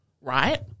Right